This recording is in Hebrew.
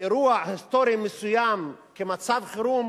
אירוע היסטורי מסוים כמצב חירום,